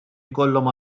jkollhom